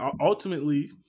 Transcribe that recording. ultimately